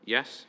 Yes